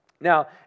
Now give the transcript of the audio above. Now